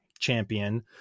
champion